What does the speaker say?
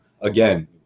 again –